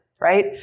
right